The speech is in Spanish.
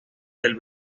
del